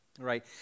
Right